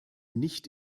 nicht